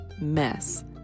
mess